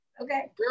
okay